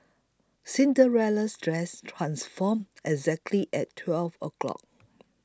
Cinderella's dress transformed exactly at twelve o'clock